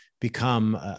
become